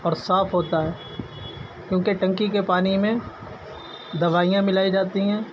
اور صاف ہوتا ہے کیوں کہ ٹنکی کے پانی میں دوائیاں ملائی جاتی ہیں